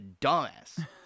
dumbass